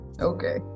okay